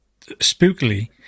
spookily –